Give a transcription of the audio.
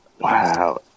Wow